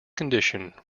condition